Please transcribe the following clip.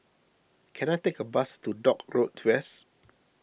can I take a bus to Dock Road West